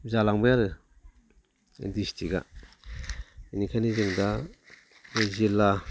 जालांबाय आरो डिस्ट्रिक्टआ बिनिखायनो जों दा जिल्ला